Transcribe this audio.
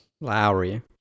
Lowry